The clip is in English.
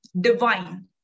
divine